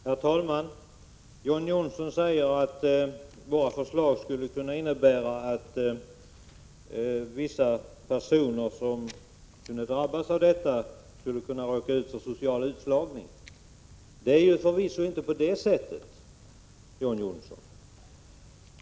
Herr talman! John Johnsson säger att våra förslag kan innebära att vissa personer som drabbas av detta skulle kunna råka ut för social utslagning. Det är förvisso inte på det sättet, John Johnsson.